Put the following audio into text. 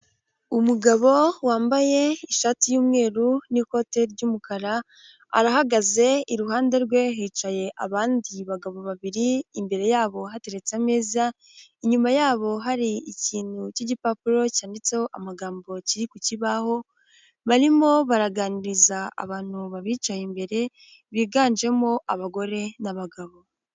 Umugabo wambaye ishati y'umweru n'ikote ry'umukara arahagaze iruhande rwe hicaye abandi bagabo babiri imbere yabo hateretse ameza, inyuma yabo hari ikintu cy'igipapuro cyanditseho amagambo kiri ku kibaho barimo baraganiriza abantu bicaye imbere biganjemo abagore n'abagabo.